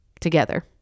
together